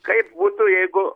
kaip būtų jeigu